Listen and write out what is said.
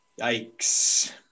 Yikes